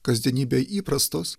kasdienybėj įprastos